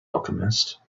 alchemist